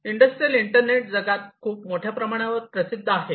industrial internet जगात खूप मोठ्या प्रमाणावर प्रसिद्ध आहे